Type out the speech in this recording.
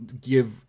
give